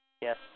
Yes